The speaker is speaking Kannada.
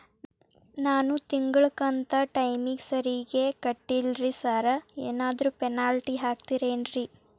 ನಾನು ತಿಂಗ್ಳ ಕಂತ್ ಟೈಮಿಗ್ ಸರಿಗೆ ಕಟ್ಟಿಲ್ರಿ ಸಾರ್ ಏನಾದ್ರು ಪೆನಾಲ್ಟಿ ಹಾಕ್ತಿರೆನ್ರಿ?